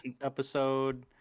episode